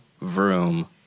vroom